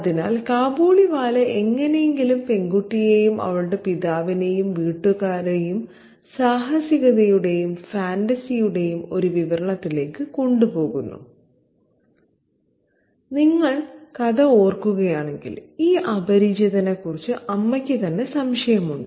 അതിനാൽ കാബൂളിവാല എങ്ങനെയെങ്കിലും പെൺകുട്ടിയെയും അവളുടെ പിതാവിനെയും വീട്ടുകാരെയും സാഹസികതയുടെയും ഫാന്റസിയുടെയും ഒരു വിവരണത്തിലേക്ക് കൊണ്ടുപോകുന്നു നിങ്ങൾ കഥ ഓർക്കുകയാണെങ്കിൽ ഈ അപരിചിതനെക്കുറിച്ച് അമ്മയ്ക്ക് തന്നെ സംശയമുണ്ട്